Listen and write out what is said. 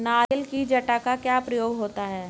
नारियल की जटा का क्या प्रयोग होता है?